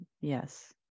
yes